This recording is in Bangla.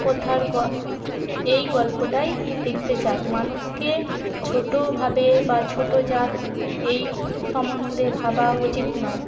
প্রথার গ এই গল্পটাই লিখতে চাই মানুষকে ছোটো ভাবে বা ছোটো জাত এই সম্বন্ধে ভাবা উচিত নয়